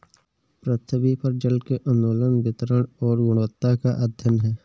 पृथ्वी पर जल के आंदोलन वितरण और गुणवत्ता का अध्ययन है